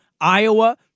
Iowa